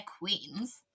queens